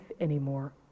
anymore